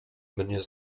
mnie